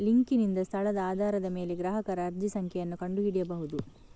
ಲಿಂಕಿನಿಂದ ಸ್ಥಳದ ಆಧಾರದ ಮೇಲೆ ಗ್ರಾಹಕರ ಅರ್ಜಿ ಸಂಖ್ಯೆಯನ್ನು ಕಂಡು ಹಿಡಿಯಬಹುದು